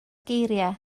geiriau